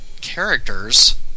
characters